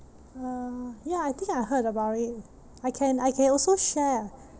uh ya I think I heard about it I can I can also share